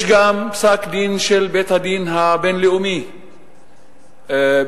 יש גם פסק-דין של בית-הדין הבין-לאומי בהאג,